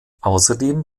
außerdem